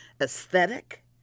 aesthetic